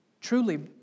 Truly